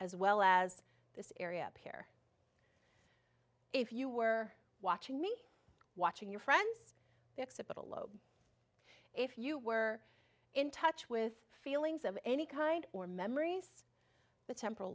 as well as this area here if you were watching me watching your friends except at a lobe if you were in touch with feelings of any kind or memories the temp